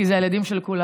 כי אלה הילדים של כולנו.